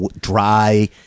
dry